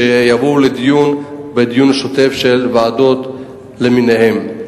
שיבואו לדיון בדיון השוטף של ועדות למיניהן.